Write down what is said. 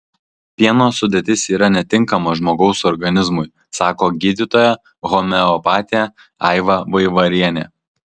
pieno sudėtis yra netinkama žmogaus organizmui sako gydytoja homeopatė aiva vaivarienė